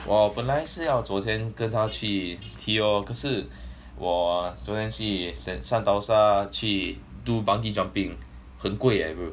我本来是要昨天跟他去踢 lor 可是我昨天去圣淘沙去 do bungee jumping 很贵 eh bro